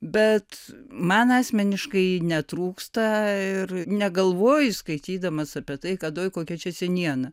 bet man asmeniškai netrūksta ir negalvoji skaitydamas apie tai kad oj kokia čia seniena